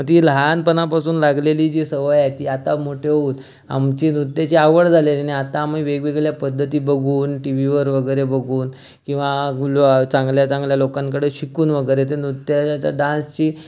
मग ती लहानपणापासून लागलेली जी सवय आहे ती आत्ता मोठे होऊन आमची नृत्याची आवड झालेली आणि आत्ता आम्ही वेगवेगळ्या पद्धती बघून टीवीवर वगैरे बघून किंवा गुलू चांगल्या चांगल्या लोकांकडे शिकून वगैरे जे नृत्या याच्या डांसची